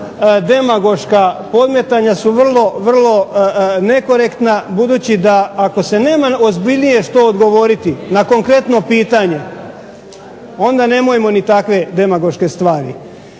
demagoška podmetanja su vrlo nekorektna, budući, ako se nema što ozbiljnije odgovoriti na konkretno pitanje, onda nemojmo ni takve demagoške stvari.